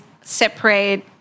separate